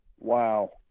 Wow